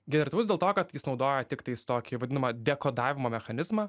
generatyvus dėl to kad jis naudoja tiktais tokį vadinamą dekodavimo mechanizmą